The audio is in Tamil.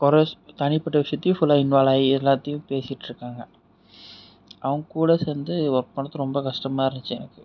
குர தனிப்பட்ட விஷயத்தையும் ஃபுல்லாக இன்வாலாயி எல்லாத்தையும் பேசிட் இருக்காங்க அவங்க கூட சேர்ந்து ஒர்க் பண்ணுறது ரொம்ப கஷ்ட்டமா இருந்துச்சு எனக்கு